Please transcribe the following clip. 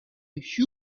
huge